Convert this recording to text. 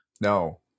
No